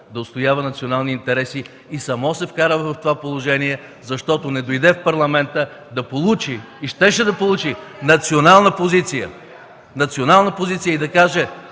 да отстоява националните интереси и само се вкара в това положение, защото не дойде в парламента, за да получи – и щеше да получи, национална позиция и да каже,